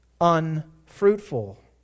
unfruitful